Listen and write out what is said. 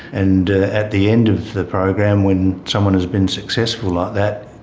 and at the end of the program when someone has been successful like that,